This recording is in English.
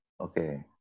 Okay